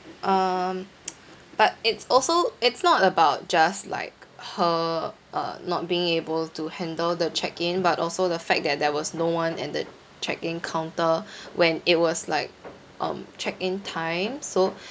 um but it's also it's not about just like her uh not being able to handle the check in but also the fact that there was no one at the check in counter when it was like um check in time so